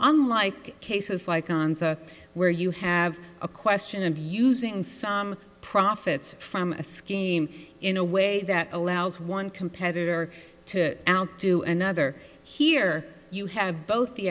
unlike cases like onza where you have a question of using some profits from a scheme in a way that allows one competitor to out to another here you have both